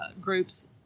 groups